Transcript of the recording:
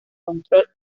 control